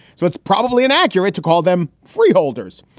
so it's probably inaccurate to call them freeholders.